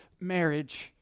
marriage